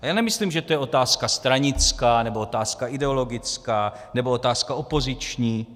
A já nemyslím, že to je otázka stranická nebo otázka ideologická nebo otázka opoziční.